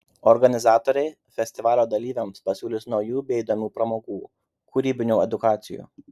organizatoriai festivalio dalyviams pasiūlys naujų bei įdomių pramogų kūrybinių edukacijų